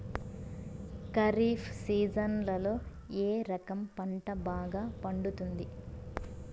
ఖరీఫ్ సీజన్లలో ఏ రకం పంట బాగా పండుతుంది